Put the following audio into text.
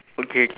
okay okay